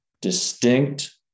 distinct